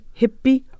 hippie